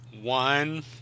One